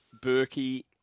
Berkey